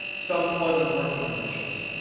some pleasant working conditions.